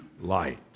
light